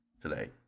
today